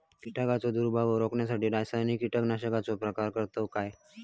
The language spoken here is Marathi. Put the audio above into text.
कीटकांचो प्रादुर्भाव रोखण्यासाठी रासायनिक कीटकनाशकाचो वापर करतत काय?